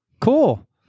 Cool